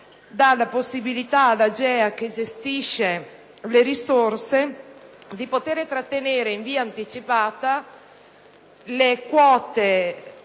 dà la possibilità all'AGEA, che gestisce le risorse, di trattenere in via anticipata le quote